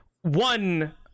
one